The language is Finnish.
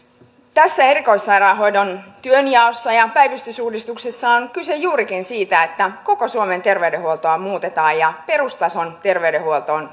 tässä erikoissairaanhoidon työnjaossa ja päivystysuudistuksessa on kyse juurikin siitä että koko suomen terveydenhuoltoa muutetaan ja perustason terveydenhuoltoon